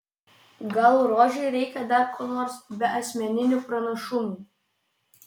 gal rožei reikia dar ko nors be asmeninių pranašumų